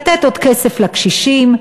לתת עוד כסף לקשישים,